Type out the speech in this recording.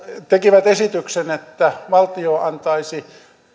tekivät esityksen että valtio antaisi